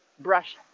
brush